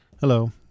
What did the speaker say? Hello